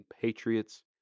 Patriots